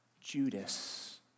Judas